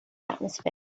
atmosphere